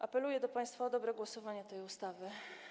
Apeluję do państwa o dobre głosowanie nad tą ustawą.